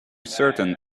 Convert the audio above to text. certain